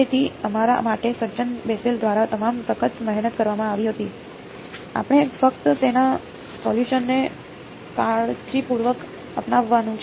તેથી અમારા માટે સજ્જન બેસેલ દ્વારા તમામ સખત મહેનત કરવામાં આવી હતી આપણે ફક્ત તેના સોલ્યુસન ને કાળજીપૂર્વક અપનાવવાનું છે